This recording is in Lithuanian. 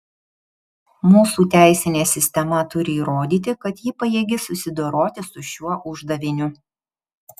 mūsų teisinė sistema turi įrodyti kad ji pajėgi susidoroti su šiuo uždaviniu